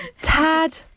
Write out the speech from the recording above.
Tad